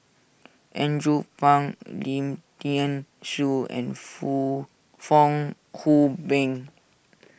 Andrew Phang Lim thean Soo and Fong Hoe Beng